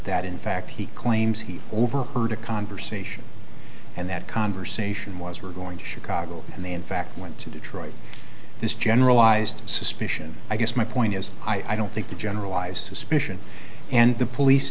that in fact he claims he overheard a conversation and that conversation was we're going to chicago and they in fact went to detroit this generalized suspicion i guess my point is i don't think the generalized suspicion and the police